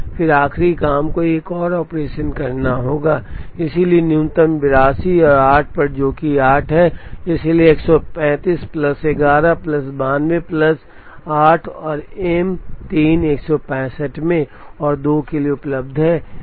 फिर आखिरी काम को एक और ऑपरेशन करना होगा इसलिए न्यूनतम 82 और 8 पर जो कि 8 है इसलिए 135 प्लस 11 प्लस 92 प्लस 8 और एम 3 165 में 1 और 2 के लिए उपलब्ध है